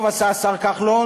טוב עשה השר כחלון